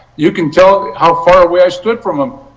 you can tell how far away i stood from them.